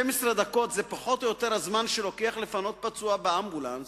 12 דקות זה פחות או יותר הזמן שלוקח לפנות פצוע באמבולנס